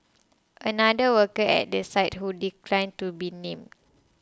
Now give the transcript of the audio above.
another worker at the site who declined to be named